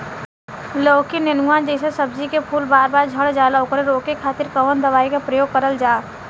लौकी नेनुआ जैसे सब्जी के फूल बार बार झड़जाला ओकरा रोके खातीर कवन दवाई के प्रयोग करल जा?